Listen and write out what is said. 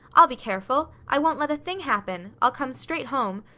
i'll be careful! i won't let a thing happen. i'll come straight home.